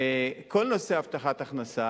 כל נושא הבטחת הכנסה